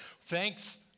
Thanks